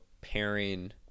pairing